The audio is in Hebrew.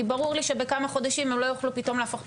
כי ברור לי שבכמה חודשים הם לא יוכלו פתאום להפוך את